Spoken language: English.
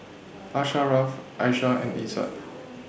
Asharaff Aisyah and Izzat